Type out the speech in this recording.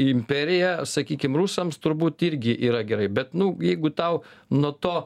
imperija sakykim rusams turbūt irgi yra gerai bet nu jeigu tau nuo to